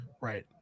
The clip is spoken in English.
Right